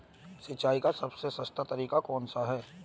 सिंचाई का सबसे सस्ता तरीका कौन सा है?